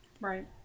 Right